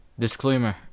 Disclaimer